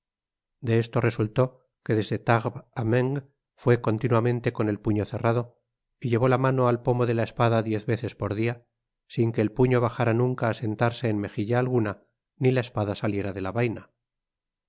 de esto resultó que desde tarbes á meung fué continuamente con el puño cerrado y llevó la mano al pomo de la espada diez veces por dia sin que el puño bajára nunca á sentarse en mejilla alguna ni la espada saliera de la vaina